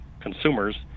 consumers